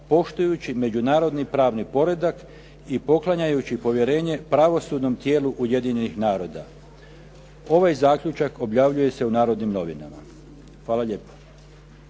poštujući međunarodni pravni poredak i poklanjajući povjerenje pravosudnom tijelu Ujedinjenih naroda.". Ovaj zaključak objavljuje se u "Narodnim novinama". Hvala lijepa.